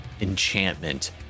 enchantment